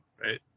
right